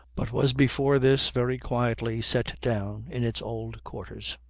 but was before this very quietly set down in its old quarters.